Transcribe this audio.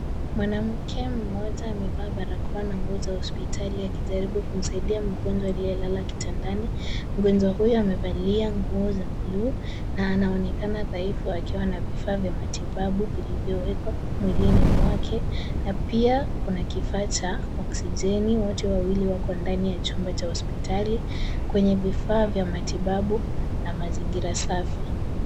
Mwanamke mmoja amevaa barakoa na nguo za hospitali ya kijaribu kumsaidia mgonjwa aliye lala kitandani, mgonjwa huyo amevalia nguo za bluu na anaonekana dhaifu akiwa na vifaa vya matibabu vilivyowekwa mwilini mwake, na pia kuna kifaa cha oksijeni wote wawili wako ndani ya chumba cha hospitali, kwenye vifaa vya matibabu na mazingira safi.